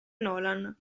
nolan